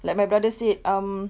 like my brother said um